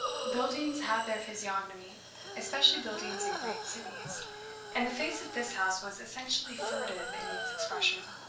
buildings have their physiognomy especially buildings in great cities and the face of this house was essentially furtive in its expression.